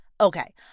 Okay